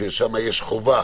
ששם יש חובה